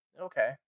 Okay